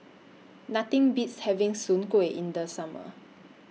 Nothing Beats having Soon Kway in The Summer